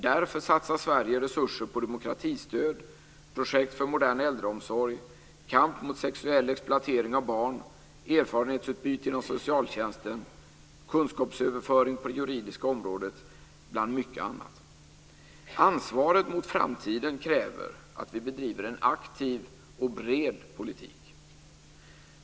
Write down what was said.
Därför satsar Sverige resurser på demokratistöd, projekt för modern äldreomsorg, kamp mot sexuell exploatering av barn, erfarenhetsutbyte inom socialtjänsten och kunskapsöverföring på det juridiska området bland mycket annat. Ansvaret mot framtiden kräver att vi bedriver en aktiv och bred politik.